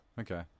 Okay